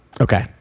Okay